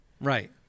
Right